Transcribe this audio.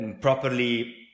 properly